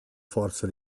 forza